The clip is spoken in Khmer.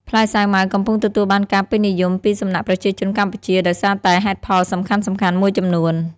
ផ្លែសាវម៉ាវកំពុងទទួលបានការពេញនិយមពីសំណាក់ប្រជាជនកម្ពុជាដោយសារតែហេតុផលសំខាន់ៗមួយចំនួន